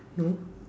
no